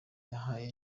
yahaye